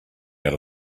out